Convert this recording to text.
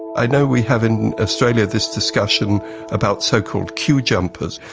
i know we have in australia this discussion about so-called queue jumpers,